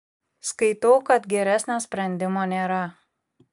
skaitau kad geresnio sprendimo nėra